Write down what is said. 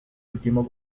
último